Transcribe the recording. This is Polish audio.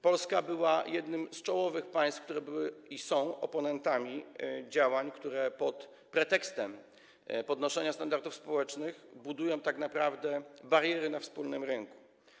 Polska była jednym z czołowych państw, które były i są oponentami działań, które pod pretekstem podnoszenia standardów społecznych budują tak naprawdę bariery na wspólnym rynku.